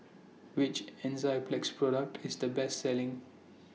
Which Enzyplex Product IS The Best Selling